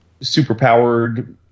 superpowered